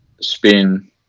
spin